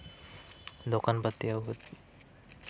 ᱫᱚᱠᱟᱱ ᱯᱟᱛᱤ ᱟᱹᱜᱩ ᱠᱟᱛᱮ